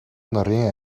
нарын